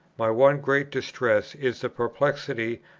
my one great distress is the perplexity,